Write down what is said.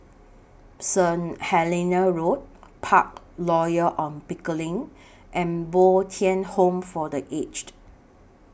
Saint Helena Road Park Royal on Pickering and Bo Tien Home For The Aged